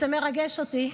זה מרגש אותי,